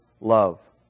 love